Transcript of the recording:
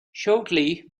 shortly